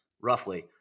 roughly